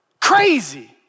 crazy